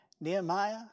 Nehemiah